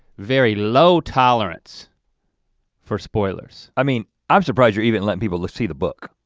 very low tolerance for spoilers. i mean, i'm surprised you're even letting people see the book.